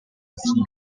possibile